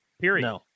period